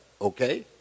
okay